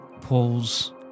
Paul's